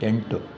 ಎಂಟು